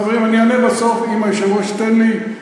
חברים, אני אענה בסוף, אם היושב-ראש ייתן לי.